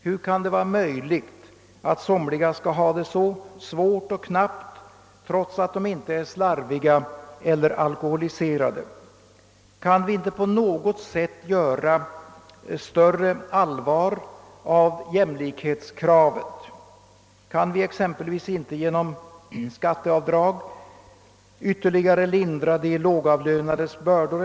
Hur kan det vara möjligt att somliga skall ha det så svårt och knappt trots att de inte är slarviga eller alkoholiserade? Kan vi inte på något sätt göra större allvar av jämlikhetskravet? Kan vi exempelvis inte genom skatteavdrag ytterligare lindra de lågavlönades bördor?